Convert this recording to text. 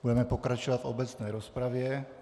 Budeme pokračovat v obecné rozpravě.